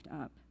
up